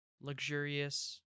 luxurious